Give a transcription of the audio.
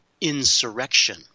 insurrection